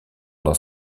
dans